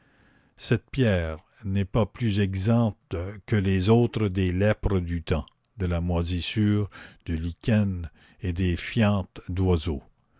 cette pierre n'est pas plus exempte que les autres des lèpres du temps de la moisissure du lichen et des fientes d'oiseaux